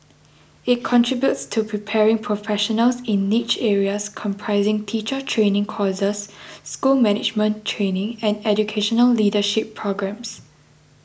it contributes to preparing professionals in niche areas comprising teacher training courses school management training and educational leadership programmes